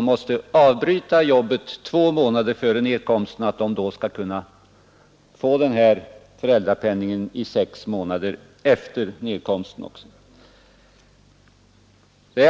måste avbryta jobbet två månader före nedkomsten skall kunna få föräldrapenning under sex månader efter nedkomsten.